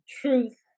truth